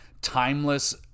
timeless